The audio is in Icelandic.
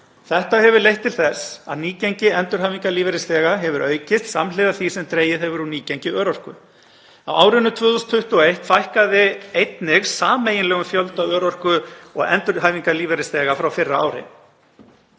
Þetta hefur leitt til þess að nýgengi hjá endurhæfingarlífeyrisþegum hefur aukist samhliða því sem dregið hefur úr nýgengi örorku. Á árinu 2021 fækkaði einnig sameiginlegum fjölda örorku- og endurhæfingarlífeyrisþega frá fyrra ári.